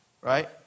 right